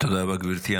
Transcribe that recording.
תודה רבה, גברתי.